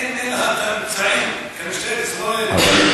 אין לך האמצעים כמשטרת ישראל, אבל,